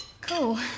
Cool